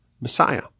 Messiah